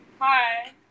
hi